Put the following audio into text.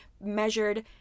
measured